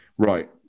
Right